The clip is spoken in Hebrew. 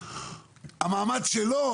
המעמד שלו